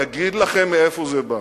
אגיד לכם מאיפה זה בא.